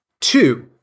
Two